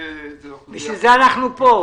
בשביל זה אנחנו פה,